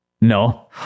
No